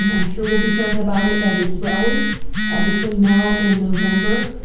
i'm i'm sure we'll be hearing about it at his rallies between now and november.